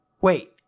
wait